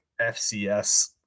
FCS